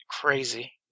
crazy